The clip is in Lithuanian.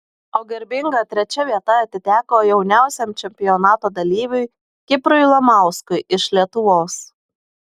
o garbinga trečia vieta atiteko jauniausiam čempionato dalyviui kiprui lamauskui iš lietuvos